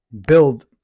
build